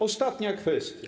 Ostatnia kwestia.